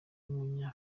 w’umunya